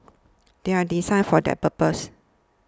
they are designed for that purpose